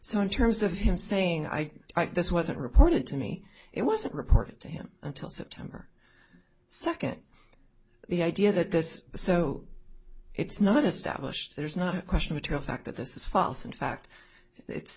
so in terms of him saying i write this wasn't reported to me it wasn't reported to him until september second the idea that this so it's not established there's not a question material fact that this is false in fact it's